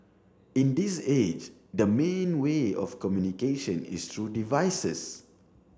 in this age the main way of communication is through devices